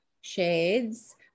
shades